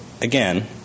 again